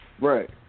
Right